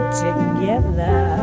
together